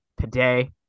today